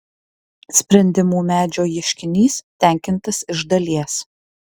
sprendimų medžio ieškinys tenkintas iš dalies